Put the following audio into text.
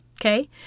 okay